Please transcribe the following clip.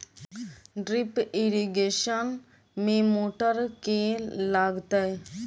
Drip irrigation मे motor केँ लागतै?